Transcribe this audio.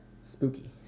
spooky